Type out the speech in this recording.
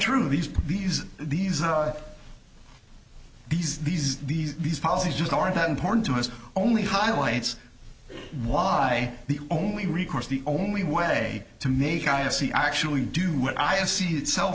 these these these are these these these these policies just aren't that important to us only highlights why the only recourse the only way to make i o c actually do what i can see itself